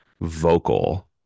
vocal